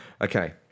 Okay